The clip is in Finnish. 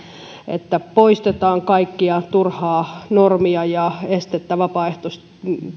että poistetaan kaikkea turhaa normia ja estettä vapaaehtoistyön